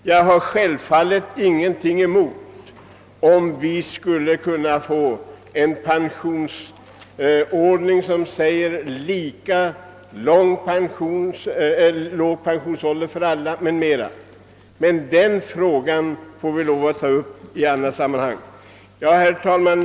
Jag har självfallet ingenting emot en pensionsordning som innebär lika låg pensionsålder för alla, men den frågan får vi ta upp i ett annat sammanhang. Herr talman!